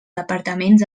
departaments